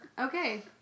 Okay